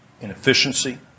inefficiency